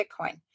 Bitcoin